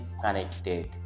connected